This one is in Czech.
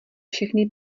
všechny